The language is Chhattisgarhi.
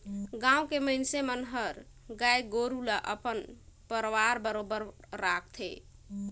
गाँव के मइनसे मन हर गाय गोरु ल अपन परवार बरोबर राखथे